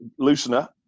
loosener